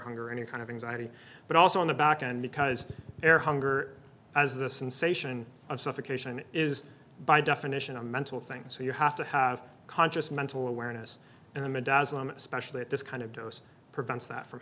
hunger or any kind of anxiety but also on the back end because air hunger as the sensation of suffocation is by definition a mental thing so you have to have conscious mental awareness and i'm a dozen especially at this kind of dose prevents that from